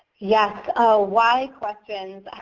yes, oh why questions.